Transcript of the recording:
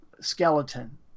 skeleton